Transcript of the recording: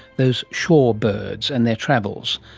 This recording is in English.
those shore birds and their travels,